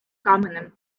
каменем